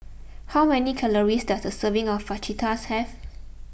how many calories does a serving of Fajitas have